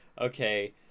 okay